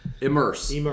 immerse